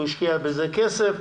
הוא השקיע בזה כסף,